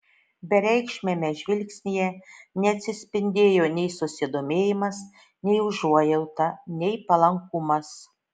bereikšmiame žvilgsnyje neatsispindėjo nei susidomėjimas nei užuojauta nei palankumas